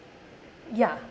ya